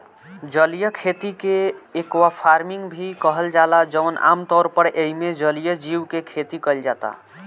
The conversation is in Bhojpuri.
जलीय खेती के एक्वाफार्मिंग भी कहल जाला जवन आमतौर पर एइमे जलीय जीव के खेती कईल जाता